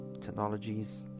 technologies